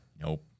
nope